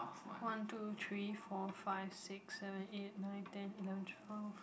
one two three four five six seven eight nine ten eleven twelve